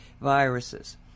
viruses